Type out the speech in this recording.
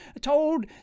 told